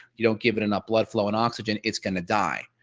you don't give it enough blood flow and oxygen. it's going to die.